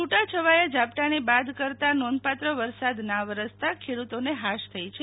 છૂટાછવાયાં ઝાપટાને બાદ કરતા નોંધપાત્ર વરસાદ ના વરસતાં ખેડૂતોને હાશ થઈ છે